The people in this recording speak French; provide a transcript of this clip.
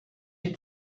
est